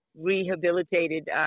rehabilitated